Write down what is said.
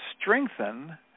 strengthen